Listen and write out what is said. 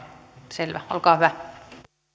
selvä olkaa hyvä arvoisa